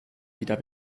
wieder